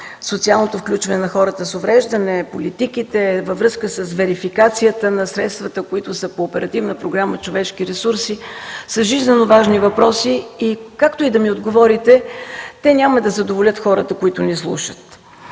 социалното включване на хората с увреждане, политиките, във връзка с верификацията на средствата, които са по Оперативна програма „Човешки ресурси”, са жизнено важни въпроси. Както и да ми отговорите, те няма да задоволят хората, които ни слушат.